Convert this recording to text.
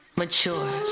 mature